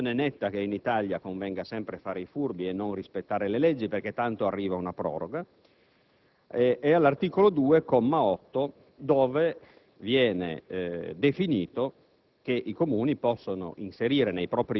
e quindi creando, come sempre, la sensazione netta che in Italia convenga sempre fare i furbi e non rispettare le leggi, perché tanto arriva una proroga. All'articolo 2, comma 8, viene stabilito